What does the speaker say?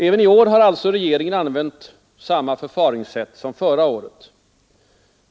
Även i år har alltså regeringen använt samma förfaringssätt som förra året.